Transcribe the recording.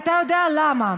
אתה יודע למה,